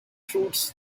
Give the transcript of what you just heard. fruits